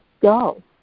Go